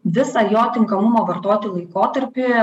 visą jo tinkamumo vartoti laikotarpį